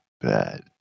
Bad